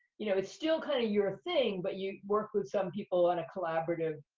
you know, it's still kind of your thing, but you work with some people on a collaborative